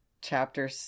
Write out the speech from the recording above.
chapter